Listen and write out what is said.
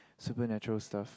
supernatural stuffs